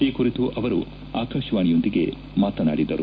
ಈ ಕುರಿತು ಅವರು ಆಕಾಶವಾಣಿಯೊಂದಿಗೆ ಮಾತನಾಡಿದರು